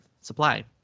supply